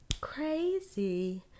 Crazy